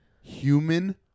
human